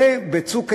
ב"צוק איתן",